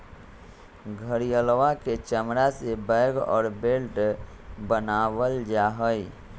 घड़ियलवा के चमड़ा से बैग और बेल्ट बनावल जाहई